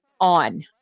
on